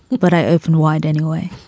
but i open wide anyway